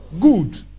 Good